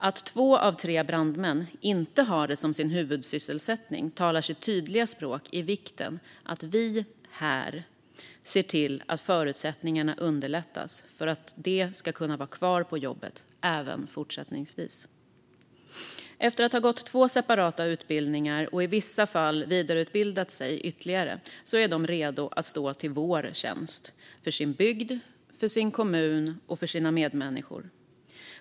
Att två av tre brandmän inte har detta som sin huvudsysselsättning talar sitt tydliga språk när det gäller vikten av att vi här ser till att förutsättningarna underlättas för att de ska kunna vara kvar på jobbet även fortsättningsvis. Efter att ha gått två separata utbildningar och i vissa fall vidareutbildat sig ytterligare är deltidsbrandmännen redo att stå till vår tjänst, för sin bygd, för sin kommun och för sina medmänniskor.